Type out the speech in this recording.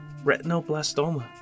retinoblastoma